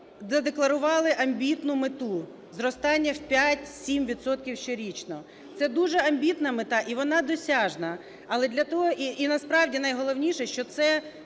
задекларували амбітну мету – зростання в 5-7 відсотків щорічно. Це дуже амбітна мета і вона досяжна. Але для того… І насправді найголовніше, що це